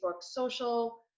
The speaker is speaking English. social